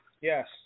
Yes